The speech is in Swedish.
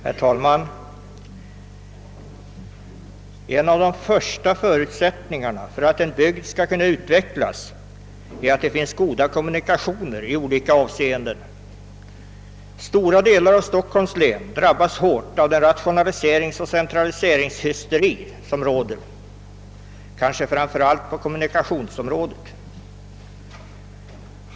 Herr talman! En av de första förutsättningarna för att en bygd skall kunna utvecklas är att det finns goda kommunikationer. Stora delar av Stockholms län drabbas hårt av den rationaliseringsoch centraliseringshysteri som råder, kanske framför allt på kommunikationsområdet.